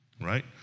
right